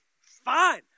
fine